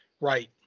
Right